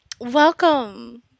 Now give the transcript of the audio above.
Welcome